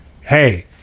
hey